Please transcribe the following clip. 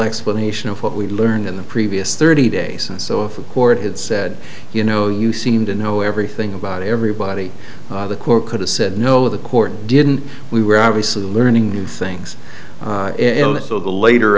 explanation of what we learned in the previous thirty days and so if a court had said you know you seem to know everything about everybody the court could have said no the court didn't we were obviously learning new things in the later